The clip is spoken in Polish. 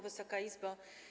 Wysoka Izbo!